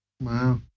Wow